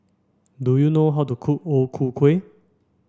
do you know how to cook O Ku Kueh